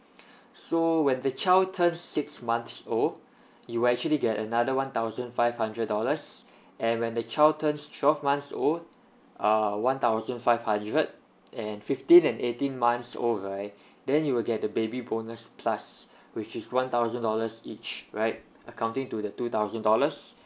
so when the child turns six months old you actually get another one thousand five hundred dollars and when the child turns twelve months old uh one thousand five hundred and fifteen and eighteen months old right then you will get the baby bonus plus which is one thousand dollars each right accounting to the two thousand dollars